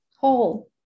Whole